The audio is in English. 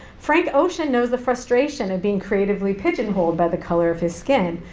frank ocean knows the frustration of being creatively pigeonholed by the color of his skin.